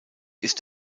ist